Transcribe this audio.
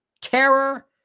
terror